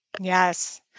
Yes